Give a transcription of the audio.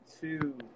two